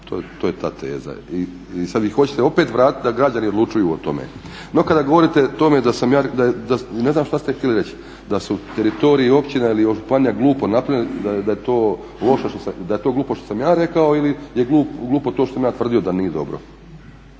to je da teza. I sada vi hoćete opet vratiti da građani odlučuju o tome. No kada govorimo o tome da, ne znam što ste htjeli reći, da su teritorij i općina ili županija glupo napravljeno, da je glupo to što sam ja rekao ili je glupo to što sam ja tvrdio da nije dobro.